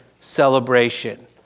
celebration